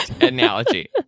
analogy